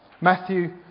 Matthew